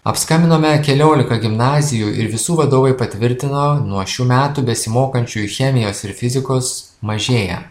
apskambinome keliolika gimnazijų ir visų vadovai patvirtino nuo šių metų besimokančiųjų chemijos ir fizikos mažėja